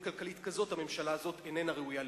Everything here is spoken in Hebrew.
כלכלית כזאת הממשלה הזאת אינה ראויה לאמון.